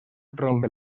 rompe